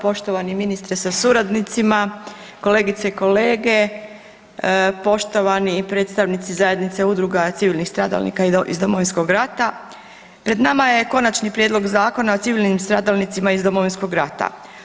Poštovani ministre sa suradnicima, kolegice i kolege, poštovani i predstavnici Zajednice udruga civilnih stradalnika iz Domovinskog rata, pred nama je Konačni prijedlog Zakona o civilnim stradalnicima iz Domovinskog rata.